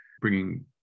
bringing